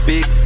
Big